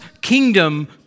kingdom